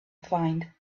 find